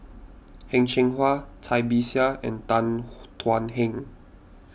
Heng Cheng Hwa Cai Bixia and Tan Thuan Heng